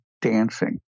dancing